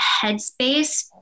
headspace